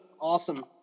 awesome